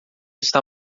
está